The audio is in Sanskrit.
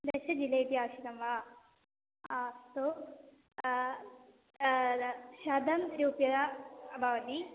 दश जिलेबि आवश्यकं वा आस्तु शतं रूप्यकाणि भवति